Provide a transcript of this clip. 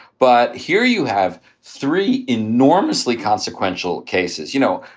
but here you have three enormously consequential cases, you know?